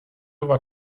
war